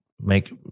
make